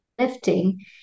lifting